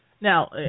Now